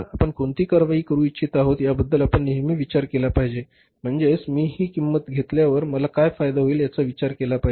आपण कोणती कारवाई करू इच्छित आहोत याबद्दल आपण नेहमी विचार केला पाहिजे म्हणजेच मी हि किंमत घेतल्यावर मला काय फायदा होईल याचा विचार केला पाहिजे